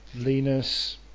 Linus